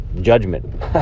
judgment